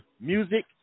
Music